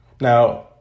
Now